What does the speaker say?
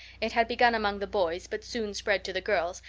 it had begun among the boys, but soon spread to the girls,